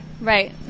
Right